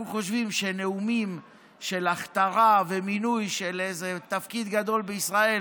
אנחנו חושבים שנאומים של הכתרה ומינוי של איזה תפקיד גדול בישראל